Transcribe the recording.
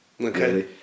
Okay